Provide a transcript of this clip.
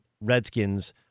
Redskins